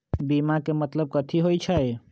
बीमा के मतलब कथी होई छई?